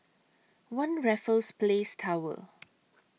one Raffles Place Tower